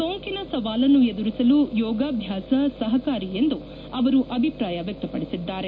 ಸೋಂಕಿನ ಸವಾಲನ್ನು ಎದುರಿಸಲು ಯೋಗಾಭ್ಯಾಸ ಸಹಕಾರಿ ಎಂದು ಅವರು ಅಭಿಪ್ರಾಯ ವ್ಯಕ್ತಪಡಿಸಿದ್ದಾರೆ